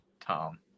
Tom